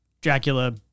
Dracula